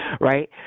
right